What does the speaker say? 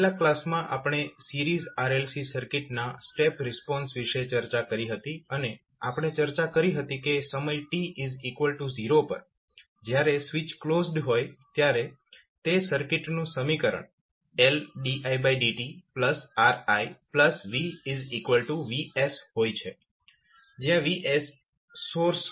છેલ્લા કલાસમાં આપણે સિરીઝ RLC સર્કિટના સ્ટેપ રિસ્પોન્સ વિશે ચર્ચા કરી હતી અને આપણે ચર્ચા કરી હતી કે સમય t0 પર જ્યારે સ્વિચ ક્લોઝડ હોય ત્યારે તે સર્કિટનું સમીકરણ LdidtRivVs હોય છે જ્યાં VS વોલ્ટેજ સોર્સ છે